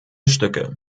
stücke